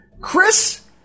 Chris